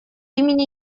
имени